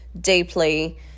deeply